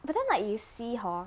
but then like you see hor